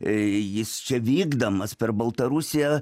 jis čia vykdamas per baltarusiją